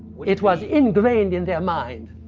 it was ingrained in their mind.